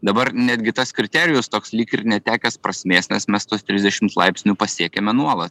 dabar netgi tas kriterijus toks lyg ir netekęs prasmės nes mes tuos trisdešimt laipsnių pasiekiame nuolat